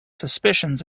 suspicions